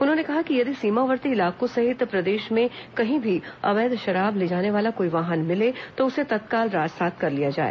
उन्होंने कहा कि यदि सीमावर्ती इलाकों सहित प्रदेश में कही भी अवैध शराब ले जाने वाला कोई वाहन मिले तो उसे तत्काल राजसात कर लिया जाए